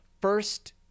first